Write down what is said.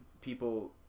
people